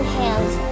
hands